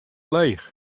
leech